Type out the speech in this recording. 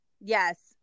Yes